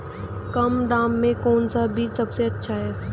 कम दाम में कौन सा बीज सबसे अच्छा है?